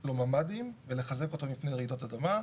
לו ממ"דים ולחזק אותו מפני רעידות אדמה.